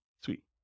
Sweet